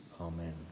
Amen